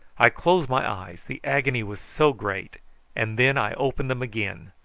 i closed my eyes, the agony was so great and then i opened them again,